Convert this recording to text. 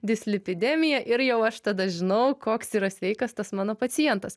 dislipidemija ir jau aš tada žinau koks yra sveikas tas mano pacientas